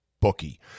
bookie